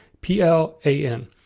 P-L-A-N